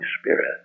Spirit